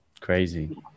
crazy